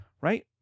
right